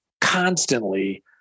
constantly